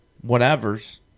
whatever's